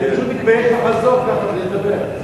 אני פשוט מתבייש לחזור ולא לדבר.